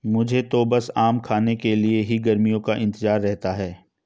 मुझे तो बस आम खाने के लिए ही गर्मियों का इंतजार रहता है